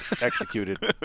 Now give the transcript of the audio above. executed